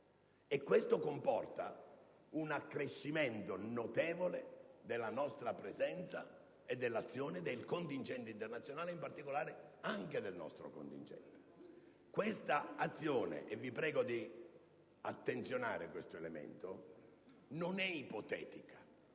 Questo comporta un accrescimento notevole della nostra presenza e dell'azione del contingente internazionale, in particolare anche del nostro contingente. Questa azione - vi prego di attenzionare questo elemento - non è ipotetica;